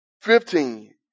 Fifteen